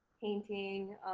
painting